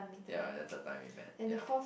ya at the third time we met ya